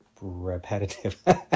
Repetitive